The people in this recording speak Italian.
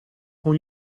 con